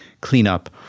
cleanup